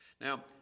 Now